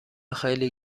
خیلی